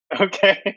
Okay